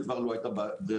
אז כבר לא הייתה ברירה,